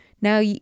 now